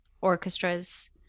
orchestras